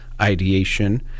ideation